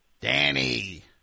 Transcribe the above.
Danny